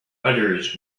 others